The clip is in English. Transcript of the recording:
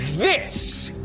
this